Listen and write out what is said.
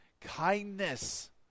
kindness